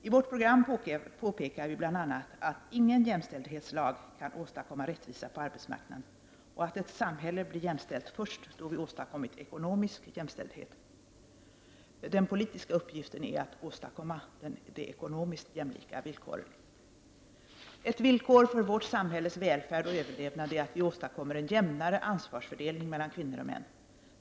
I vårt program påpekar vi bl.a. att ingen jämställdhetslag kan åstadkomma rättvisa på arbetsmarknaden och att ett samhälle blir jämställt först då vi åstadkommit ekonomisk jämställdhet. Den politiska uppgiften är att åstadkomma de ekonomiskt jämlika villkoren. Ett villkor för vårt samhälles välfärd och överlevnad är att vi åstadkommer en jämnare ansvarsfördelning mellan kvinnor och män.